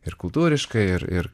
ir kultūriškai ir ir